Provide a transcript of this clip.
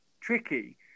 tricky